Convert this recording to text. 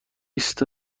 بیست